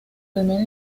primera